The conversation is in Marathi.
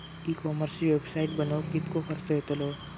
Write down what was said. ई कॉमर्सची वेबसाईट बनवक किततो खर्च येतलो?